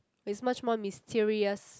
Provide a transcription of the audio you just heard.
it's much more mysterious